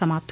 समाप्त